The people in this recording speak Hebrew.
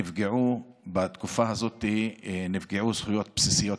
נפגעו בתקופה הזאת זכויות בסיסיות,